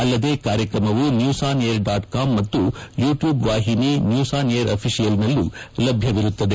ಅಲ್ಲದೇ ಕಾರ್ಯಕ್ರಮವು news on air dot com ಮತ್ತು ಯೂಟ್ಲೂಬ್ ವಾಹಿನಿ ನ್ಲೂಸ್ ಆನ್ ಏರ್ ಆಫಿಷಿಯಲ್ನಲ್ಲೂ ಲಭ್ಯವಿರುತ್ತದೆ